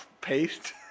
paste